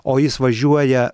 o jis važiuoja